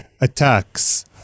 attacks